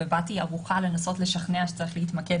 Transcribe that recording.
באתי ערוכה לנסות לשכנע שצריך להתמקד